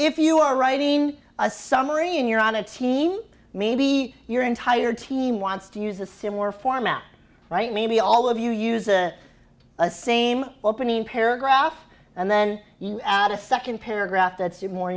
if you are writing a summary in you're on a team maybe your entire team wants to use a similar format write maybe all of you use a a same opening paragraph and then you add a second paragraph that's